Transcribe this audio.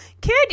Kid